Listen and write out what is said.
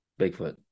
Bigfoot